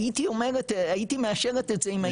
הייתי מאשרת את זה, אם היית אומר.